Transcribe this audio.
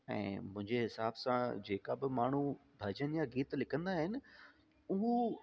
ऐं मुंहिंजे हिसाब सां जेका बि माण्हू भॼन या गीत लिखंदा आहिनि हू